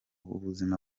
ubuzima